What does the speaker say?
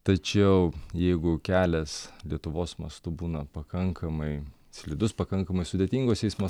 tačiau jeigu kelias lietuvos mastu būna pakankamai slidus pakankamai sudėtingos eismo